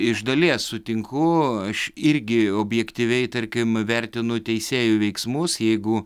iš dalies sutinku aš irgi objektyviai tarkim vertinu teisėjų veiksmus jeigu